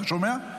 אתה שומע?